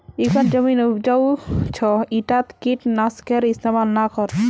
इखन जमीन उपजाऊ छ ईटात कीट नाशकेर इस्तमाल ना कर